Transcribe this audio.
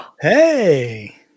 Hey